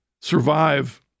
survive